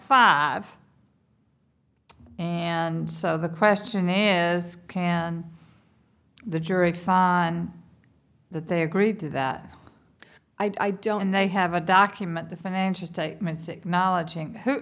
five and so the question is can the jury fon that they agreed to that i don't and they have a document the financial statements acknowledging who